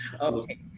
Okay